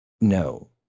No